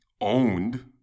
owned